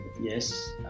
yes